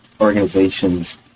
organizations